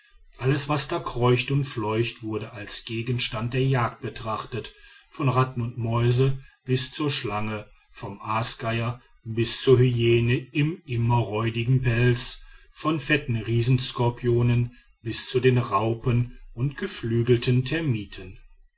alles was da kreucht und fleucht wurde als gegenstand der jagd betrachtet von ratten und mäusen bis zur schlange vom aasgeier bis zur hyäne im immer räudigen pelz von fetten riesenskorpionen bis zu den raupen und geflügelten termiten